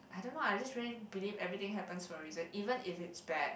I don't know I just really believe everything happens for a reason even if it's bad